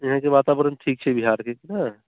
यहाँके वातावरण ठीक छै बिहारके कि ने